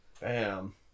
Bam